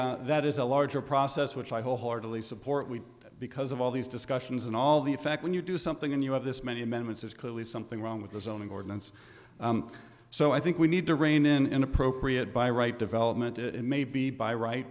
the that is a larger process which i wholeheartedly support we because of all these discussions and all the effect when you do something and you have this many amendments it's clearly something wrong with the zoning ordinance so i think we need to rein in in appropriate by right development it may be by right